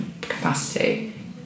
Capacity